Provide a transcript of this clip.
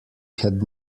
had